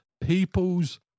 people's